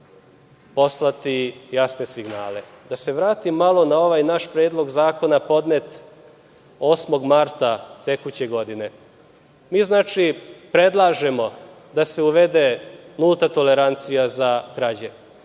poslati jasne signale. Da se vratim malo na ovaj naš predlog zakona podnet 8. marta tekuće godine. Mi predlažemo da se uvede nulta tolerancija za krađe.